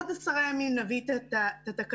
לקבל עוד משאבים וגם לעבוד כמה שיותר עם המשאבים